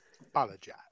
Apologize